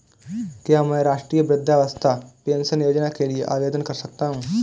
क्या मैं राष्ट्रीय वृद्धावस्था पेंशन योजना के लिए आवेदन कर सकता हूँ?